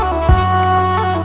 oh